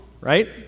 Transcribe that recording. right